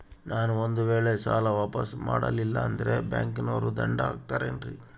ನಾನು ಒಂದು ವೇಳೆ ಸಾಲ ವಾಪಾಸ್ಸು ಮಾಡಲಿಲ್ಲಂದ್ರೆ ಬ್ಯಾಂಕನೋರು ದಂಡ ಹಾಕತ್ತಾರೇನ್ರಿ?